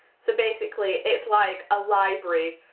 so basically it's like a library,